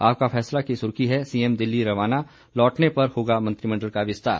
आपका फैसला की सुर्खी है सीएम दिल्ली रवाना लौटने पर होगा मंत्रिमंडल का विस्तार